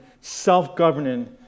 self-governing